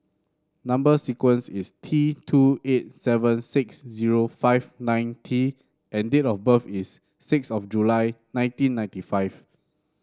number sequence is T two eight seven six zero five nine T and date of birth is six of July nineteen ninety five